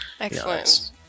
excellent